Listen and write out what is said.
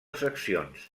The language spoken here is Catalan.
seccions